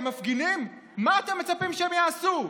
מפגינים, מה אתם מצפים שהם יעשו?